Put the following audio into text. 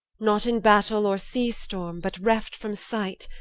not in battle or sea storm, but reft from sight,